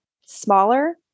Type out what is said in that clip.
smaller